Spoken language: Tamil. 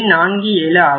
47 ஆகும்